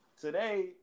today